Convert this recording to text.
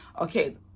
Okay